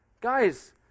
Guys